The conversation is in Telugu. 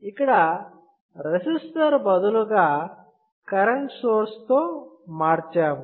ఇక్కడ రెసిస్టర్ బదులుగా కరెంట్ సోర్స్తో మార్చాము